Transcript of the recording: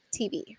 TV